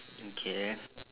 okay